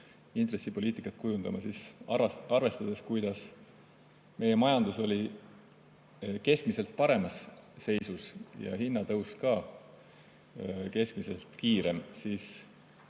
intressipoliitikat kujundama, siis arvestades, kuidas meie majandus oli keskmisest paremas seisus ja hinnatõus ka keskmisest kiirem, siis